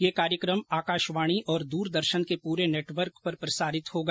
ये कार्यक्रम आकाशवाणी और दूरदर्शन के पूरे नेटवर्क पर प्रसारित होगा